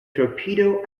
torpedo